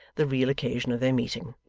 the real occasion of their meeting.